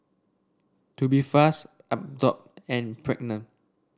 Tubifast Abbott and pregnant